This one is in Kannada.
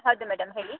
ಹೌದು ಮೇಡಮ್ ಹೇಳಿ